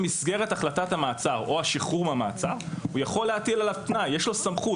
במסגרת החלטת המעצר או השחרור מהמעצר יש לו סמכות,